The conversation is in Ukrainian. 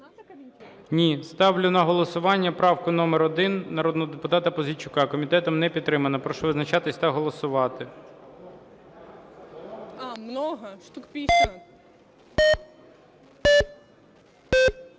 Ні. Ставлю на голосування правку номер 1 народного депутата Пузійчука. Комітетом не підтримана. Прошу визначатись та голосувати.